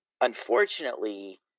unfortunately